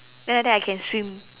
then like that I can swim